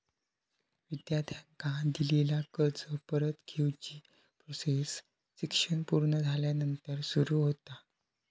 विद्यार्थ्यांका दिलेला कर्ज परत घेवची प्रोसेस शिक्षण पुर्ण झाल्यानंतर सुरू होता